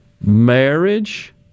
marriage